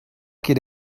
ket